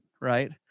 Right